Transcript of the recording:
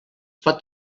pot